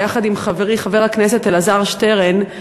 ביחד עם חברי חבר הכנסת אלעזר שטרן.